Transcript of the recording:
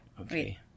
okay